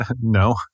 No